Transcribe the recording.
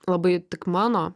labai tik mano